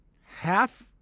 half